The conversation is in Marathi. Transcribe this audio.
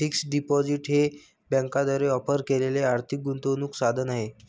फिक्स्ड डिपॉझिट हे बँकांद्वारे ऑफर केलेले आर्थिक गुंतवणूक साधन आहे